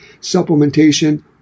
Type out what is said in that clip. supplementation